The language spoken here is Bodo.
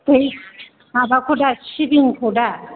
दै माबाखौ दा सिबिंखौ दा